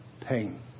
pain